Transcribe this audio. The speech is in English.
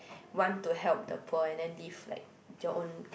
want to help the poor and then leave like your own